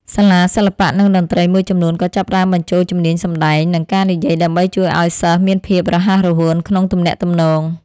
សាលាសិល្បៈ និងតន្ត្រីមួយចំនួនក៏ចាប់ផ្ដើមបញ្ចូលជំនាញសម្ដែង និងការនិយាយដើម្បីជួយឱ្យសិស្សមានភាពរហ័សរហួនក្នុងទំនាក់ទំនង។